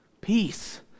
Peace